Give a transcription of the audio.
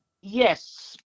yes